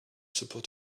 support